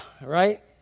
right